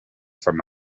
from